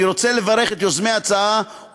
אני רוצה לברך את יוזמי ההצעה,